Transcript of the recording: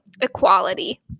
equality